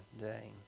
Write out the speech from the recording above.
day